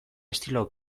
estilo